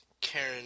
Karen